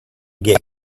get